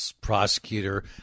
prosecutor